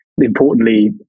importantly